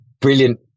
brilliant